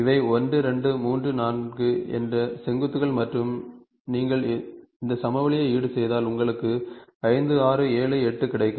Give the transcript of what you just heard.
இவை 1 2 3 4 என்ற செங்குத்துகள் மற்றும் நீங்கள் இந்த சமவெளியை ஈடுசெய்தால் உங்களுக்கு 5 6 7 8 கிடைக்கும்